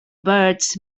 birds